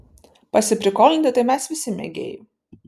pasiprikolinti tai mes visi mėgėjai